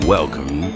Welcome